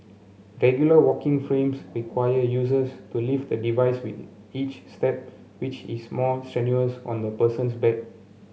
regular walking frames require users to lift the device with each step which is more strenuous on the person's back